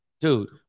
dude